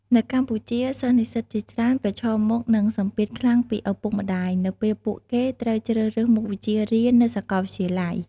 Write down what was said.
នៅកម្ពុជា សិស្សនិស្សិតជាច្រើនប្រឈមមុខនឹងសម្ពាធខ្លាំងពីឪពុកម្ដាយ នៅពេលពួកគេត្រូវជ្រើសរើសមុខវិជ្ជារៀននៅសាកលវិទ្យាល័យ។